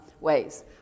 ways